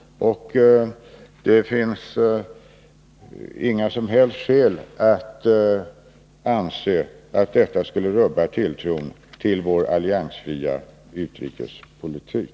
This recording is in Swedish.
Det finns inga som helst skäl att anse att detta skulle rubba tilltron till vår alliansfria utrikespolitik.